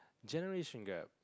generation gap